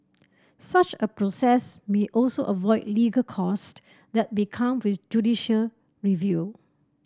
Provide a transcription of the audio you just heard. such a process may also avoid illegal cost that become with judicial review